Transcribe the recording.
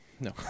no